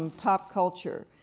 um pop culture,